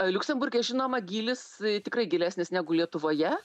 liuksemburge žinoma gylis tikrai gilesnis negu lietuvoje